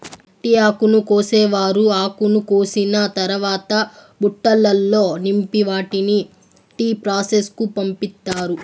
tea ఆకును కోసేవారు ఆకును కోసిన తరవాత బుట్టలల్లో నింపి వాటిని టీ ప్రాసెస్ కు పంపిత్తారు